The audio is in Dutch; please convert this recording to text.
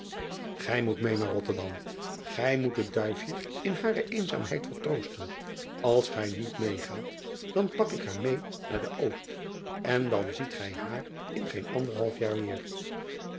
ij moet meê naar otterdam ij moet het duifje in hare eenzaamheid vertroosten ls gij niet meê gaat dan pak ik haar meê naar de ost en dan ziet gij haar driaan oosjes zn et leven van aurits ijnslager in geen anderhalf jaar weêr